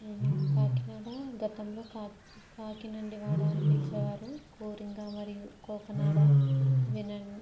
కాకినాడ గతంలో కా కాకి నుండి వాడ అని పిలిచేవారు కోరింగ మరియు కాకినాడ వినన్